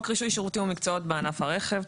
רישוי שירותים ומקצועות בענף הרכב,